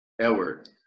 Edward